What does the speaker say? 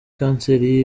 kanseri